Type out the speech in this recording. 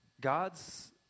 God's